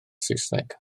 saesneg